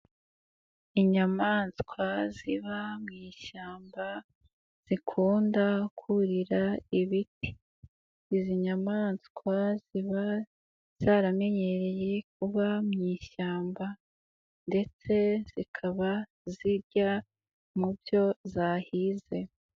Inyamaswa ziba mu ishyamba zikunda kurira ibiti, izi nyamaswa ziba zaramenyereye kuba mu ishyamba ndetse zikaba zirya mu byo zahize.